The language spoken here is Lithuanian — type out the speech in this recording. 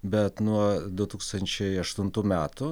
bet nuo du tūkstančiai aštuntų metų nuo